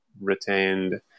retained